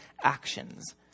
actions